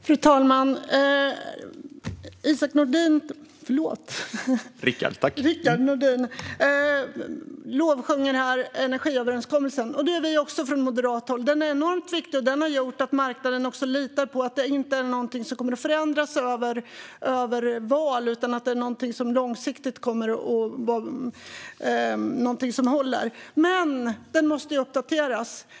Fru talman! Rickard Nordin lovsjunger här energiöverenskommelsen, och det gör vi från moderat håll också. Den är enormt viktig och har gjort att marknaden litar på att ingenting förändras över val utan att det är någonting som håller långsiktigt. Dock måste den uppdateras.